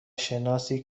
شناسی